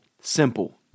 Simple